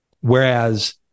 Whereas